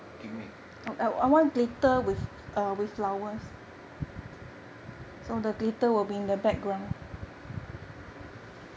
gimmick